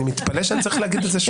אני מתפלא שאני צריך להגיד את זה שוב.